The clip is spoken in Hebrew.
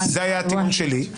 זה היה הטיעון שלי.